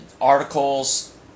articles